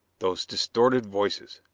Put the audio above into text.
those distorted voices!